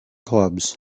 clubs